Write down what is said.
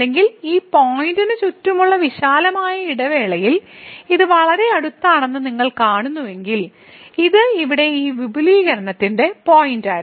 അല്ലെങ്കിൽ ഈ പോയിന്റിനു ചുറ്റുമുള്ള വിശാലമായ ഇടവേളയിൽ ഇത് വളരെ അടുത്താണെന്ന് നിങ്ങൾ കാണുന്നുവെങ്കിൽ ഇത് ഇവിടെ ഈ വിപുലീകരണത്തിന്റെ പോയിന്റായിരുന്നു